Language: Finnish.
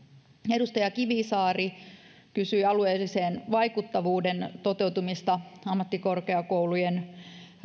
edustaja kivisaari kysyi alueellisen vaikuttavuuden toteutumisesta ammattikorkeakoulujen